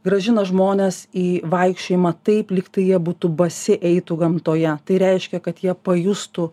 grąžina žmones į vaikščiojimą taip lyg tai jie būtų basi eitų gamtoje tai reiškia kad jie pajustų